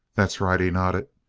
that's right, he nodded.